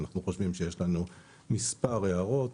יש לנו כמה הערות,